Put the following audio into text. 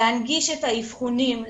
להנגיש את האבחונים,